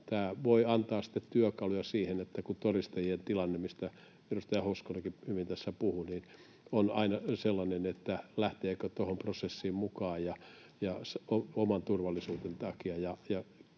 tämä voi antaa työkaluja siihen, kun todistajien tilanne, mistä edustaja Hoskonenkin hyvin tässä puhui, on aina sellainen, että lähteekö prosessiin mukaan oman turvallisuuden takia,